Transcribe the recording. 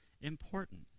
important